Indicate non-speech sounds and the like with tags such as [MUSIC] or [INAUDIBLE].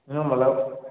[UNINTELLIGIBLE]